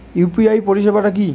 UPI পরিসেবাটা কি?